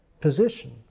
position